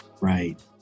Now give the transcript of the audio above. right